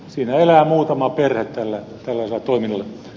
siinä elää muutama perhe tällaisella toiminnalla